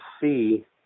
see